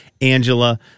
Angela